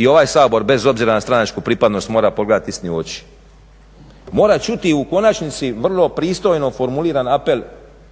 I ovaj Sabor, bez obzira na stranačku pripadnost, mora pogledati istini u oči. Mora čuti u konačnici vrlo pristojno formuliran apel